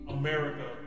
America